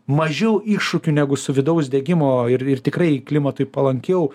mažiau iššūkių negu su vidaus degimo ir ir tikrai klimatui palankiau